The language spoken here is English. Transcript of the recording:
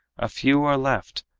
a few are left,